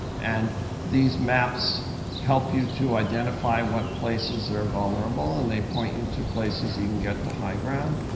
and these maps help you to identify what places are vulnerable, and they point you to places you can get to high ground.